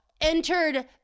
entered